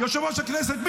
יושב-ראש הכנסת?